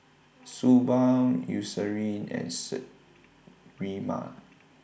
Suu Balm Eucerin and Sterimar